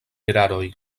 eraroj